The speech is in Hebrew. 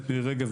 רגב,